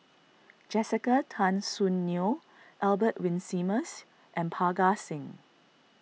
Jessica Tan Soon Neo Albert Winsemius and Parga Singh